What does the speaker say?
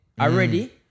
already